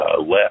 left